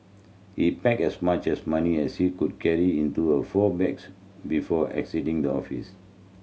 he packed as much as money as he could carry into a four bags before exiting the office